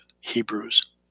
Hebrews